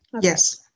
Yes